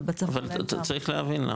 אבל בצפון צריך להבין,